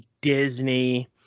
Disney